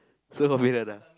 so confident ah